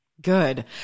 Good